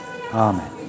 Amen